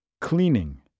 cleaning